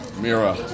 Mira